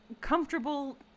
comfortable